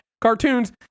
cartoons